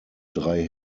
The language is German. drei